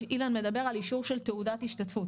אילן מדבר על אישור של תעודת השתתפות.